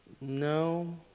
No